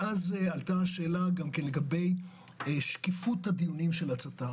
ואז עלתה השאלה לגבי שקיפות הדיונים של הצט"ם,